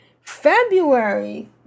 February